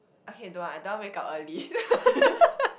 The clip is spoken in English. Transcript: okay don't want I don't want wake up early